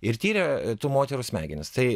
ir tyrė tų moterų smegenis tai